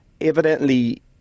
Evidently